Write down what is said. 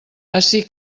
ací